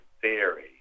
theory